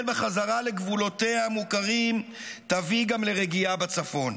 בחזרה לגבולותיה המוכרים יביאו גם לרגיעה בצפון,